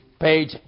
page